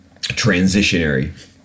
transitionary